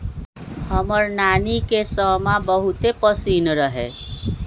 हमर नानी के समा बहुते पसिन्न रहै